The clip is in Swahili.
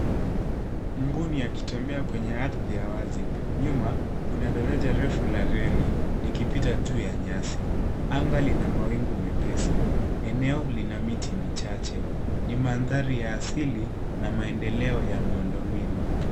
Mbuni akitembea kwenye ardhi wazi, nyuma yake kuna daraja refu la reli likipita juu ya nyasi. Anga lina mawingu mepesi, eneo lina miti michache, likionyesha mandhari ya asili pamoja na maendeleo ya miundombinu.